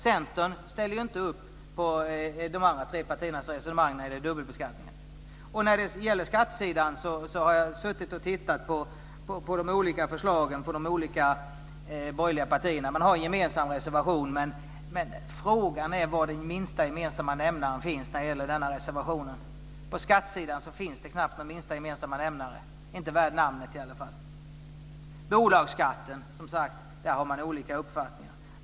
Centern ställer inte upp på de andra tre partiernas resonemang när det gäller dubbelbeskattningen. Jag har suttit och tittat på de olika borgerliga partiernas förslag på skattesidan. Man har en gemensam reservation, men frågan är var den minsta gemensamma nämnaren finns när det gäller denna reservation. På skattesidan finns det knappt någon minsta gemensam nämnare värd namnet. Bolagsskatten - där har man olika uppfattningar.